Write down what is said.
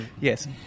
Yes